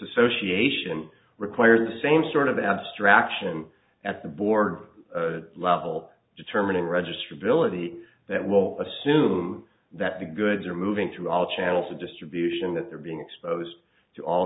association requires the same sort of abstraction at the board level determining registry billeted that will assume that the goods are moving through all channels of distribution that they're being exposed to all